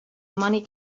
money